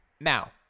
Now